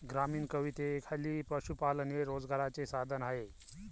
ग्रामीण कवितेखाली पशुपालन हे रोजगाराचे साधन आहे